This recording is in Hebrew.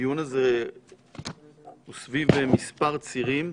הדיון הזה הוא סביב מספר צירים